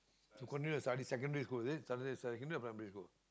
to continue your studies secondary school is it se~ you came here secondary or primary school